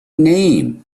name